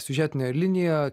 siužetinė linija